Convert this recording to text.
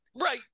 Right